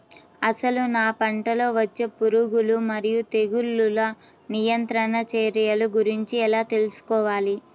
అసలు నా పంటలో వచ్చే పురుగులు మరియు తెగులుల నియంత్రణ చర్యల గురించి ఎలా తెలుసుకోవాలి?